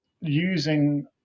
using